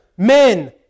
Men